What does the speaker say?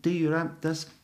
tai yra tas